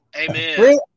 Amen